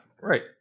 Right